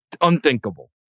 Unthinkable